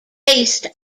based